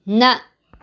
न